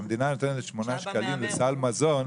שהמדינה נותנת שמונה שקלים לסל מזון,